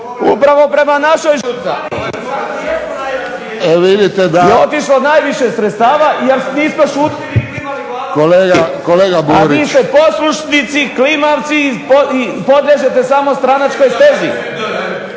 upravo prema .../Govornik se ne razumije./... i otišlo najviše sredstava jer svi smo šutili i klimali glavom a vi ste poslušnici, klimavci i podliježete samo stranačkoj stezi,